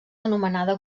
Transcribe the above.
anomenada